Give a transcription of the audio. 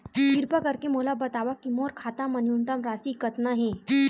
किरपा करके मोला बतावव कि मोर खाता मा न्यूनतम राशि कतना हे